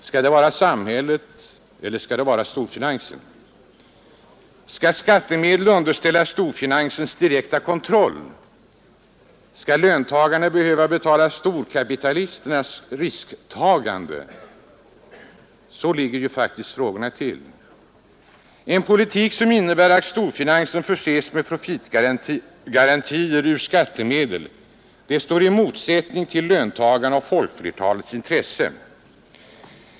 Skall samhället eller storfinansen bestämma? Skall skattemedel underställas storfinansens direkta kontroll? Skall löntagarna behöva betala storkapitalisternas risktaganden? Så ligger faktiskt frågorna till. En politik som innebär att storfinansen förses med profitgarantier ur skattemedel står i motsatsställning till löntagarnas och folkflertalets intresse.